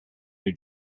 new